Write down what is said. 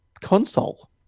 console